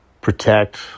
protect